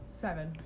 seven